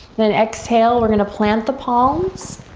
then exhale, we're gonna plant the palms,